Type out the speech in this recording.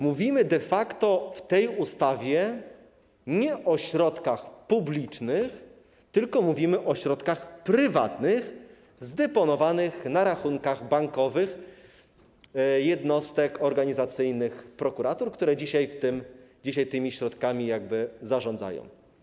Mówimy więc de facto w tej ustawie nie o środkach publicznych, tylko mówimy o środkach prywatnych zdeponowanych na rachunkach bankowych jednostek organizacyjnych prokuratur, które dzisiaj tymi środkami zarządzają.